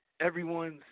everyone's